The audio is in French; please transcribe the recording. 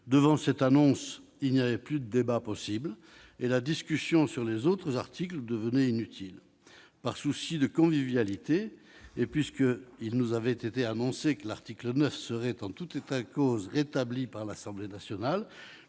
Après cette annonce, aucun débat n'était possible et la discussion sur les autres articles devenait inutile. Par souci de convivialité, et puisque l'on nous avait annoncé que l'article 9 serait, en tout état de cause, rétabli par l'Assemblée nationale,